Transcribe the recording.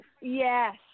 Yes